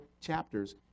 chapters